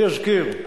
אני אזכיר,